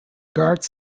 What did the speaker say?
guards